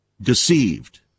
deceived